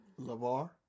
LaVar